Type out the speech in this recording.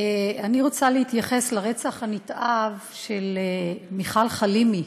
אני רוצה להתייחס לרצח הנתעב של מיכל חלימי,